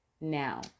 now